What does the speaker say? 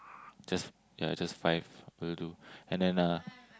just ya just five will do and then uh